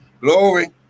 glory